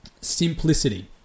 Simplicity